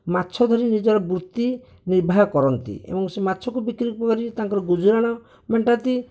ମାଛ ଧରି ନିଜର ବୃତ୍ତି ନିର୍ବାହ କରନ୍ତି ଏବଂ ସେ ମାଛକୁ ବିକ୍ରି କରି ତାଙ୍କର ଗୁଜୁରାଣ ମେଣ୍ଟାନ୍ତି